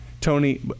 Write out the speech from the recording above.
Tony